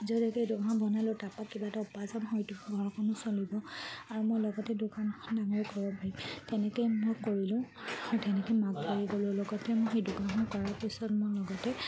নিজাকৈ দোকানখন বনালোঁ তাৰপৰা কিবা এটা উপাৰ্জন হয়তো ঘৰখনো চলিব আৰু মই লগতে দোকানখন এনেই ঘৰৰ ভিতৰতে তেনেকৈয়ে মই কৰিলোঁ আৰু তেনেকৈ মাক ধৰি গলোঁ লগতে মই সেই দোকানখন কৰাৰ পিছত মোৰ লগতে